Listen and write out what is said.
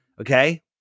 Okay